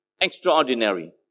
extraordinary